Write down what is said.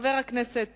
חבר הכנסת